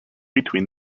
between